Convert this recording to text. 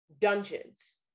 dungeons